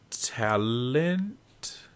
talent